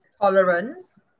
tolerance